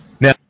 Now